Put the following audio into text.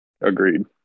Agreed